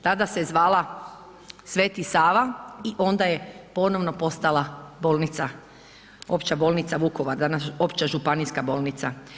Tada se zvala Sv. Sava i onda je ponovno postala bolnica, Opća bolnica Vukovar, danas opća županijska bolnica.